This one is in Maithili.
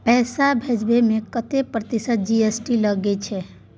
पैसा भेजै में कतेक प्रतिसत जी.एस.टी लगे छै?